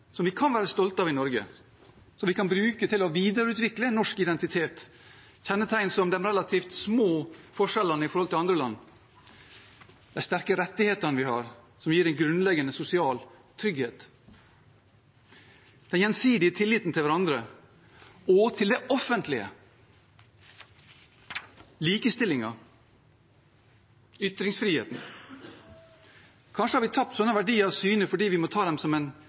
som vi kan være stolte av i Norge, som vi kan bruke til å videreutvikle norsk identitet – kjennetegn som de relativt små forskjellene i forhold til andre land, de sterke rettighetene vi har, som gir en grunnleggende sosial trygghet, den gjensidige tilliten til hverandre og til det offentlige, likestillingen og ytringsfriheten. Kanskje har vi tapt sånne verdier av syne fordi vi tar dem som en